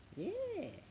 no lah